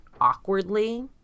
awkwardly